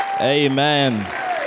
Amen